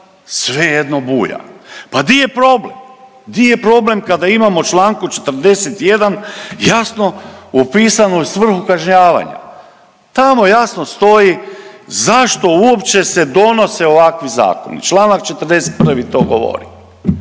svejedno buja. Pa di je problem, di je problem kada imamo u čl. 41. jasno opisano svrhu kažnjavanja? Tamo jasno stoji zašto uopće se donose ovakvi zakoni čl. 41. to govori,